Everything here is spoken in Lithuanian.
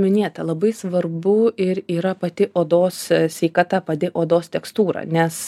minėta labai svarbu ir yra pati odos sveikata padi odos tekstūra nes